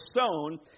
sown